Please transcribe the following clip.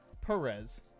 Perez